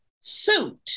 suit